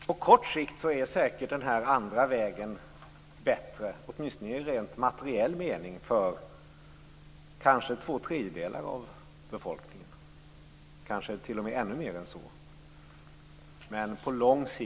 På kort sikt är säkert den andra vägen bättre, åtminstone materiellt, för kanske två tredjedelar av befolkningen, ja, kanske för en ännu större del av befolkningen.